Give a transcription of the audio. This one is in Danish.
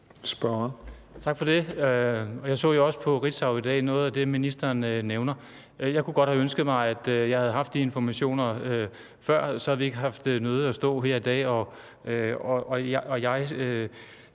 Tak for det. Jeg så jo også på Ritzau noget af det, som ministeren nævner. Jeg kunne godt have ønsket mig, at jeg havde haft de informationer før, for så havde vi ikke været nødt til at stå her i dag,